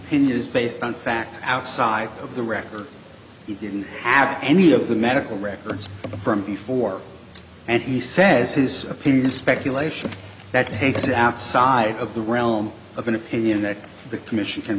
indeed is based on fact outside of the record he didn't have any of the medical records from before and he says his opinion is speculation that takes outside of the realm of an opinion that the commission can